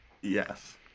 Yes